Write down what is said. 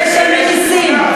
שמשלמים מסים,